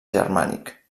germànic